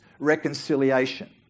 reconciliation